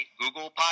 Google